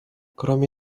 кроме